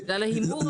בגלל ההימור המסוכן.